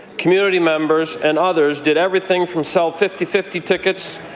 community members, and others did everything from sell fifty fifty tickets,